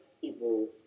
people